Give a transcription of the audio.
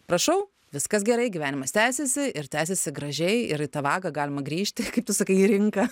prašau viskas gerai gyvenimas tęsiasi ir tęsiasi gražiai ir į tą vagą galima grįžti kaip tu sakai į rinką